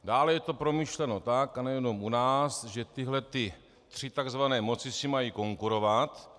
Dále je to promyšleno tak, a nejenom u nás, že tyhle tři tzv. moci si mají konkurovat.